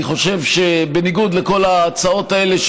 אני חושב שבניגוד לכל ההצעות האלה,